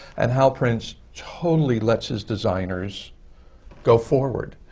and hal prince totally lets his designers go forward.